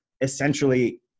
essentially